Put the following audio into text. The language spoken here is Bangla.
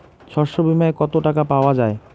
শস্য বিমায় কত টাকা পাওয়া যায়?